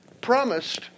promised